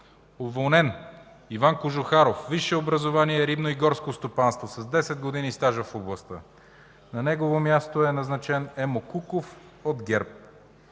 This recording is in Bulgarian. Уволнен: Иван Кожухаров, висше образование – рибно и горско стопанство с 10 години стаж в областта. На негово място е назначен Емо Куков от ГЕРБ.